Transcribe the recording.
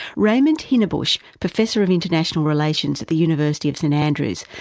raymond hinnebusch, professor of international relations at the university of st andrew's,